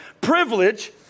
privilege